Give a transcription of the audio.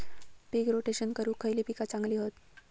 पीक rotation करूक खयली पीका चांगली हत?